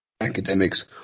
academics